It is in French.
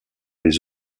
les